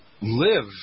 live